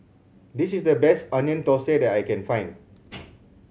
this is the best Onion Thosai that I can find